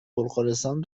بلغارستان